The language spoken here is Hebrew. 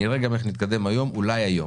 נראה גם איך נתקדם היום, אולי כבר היום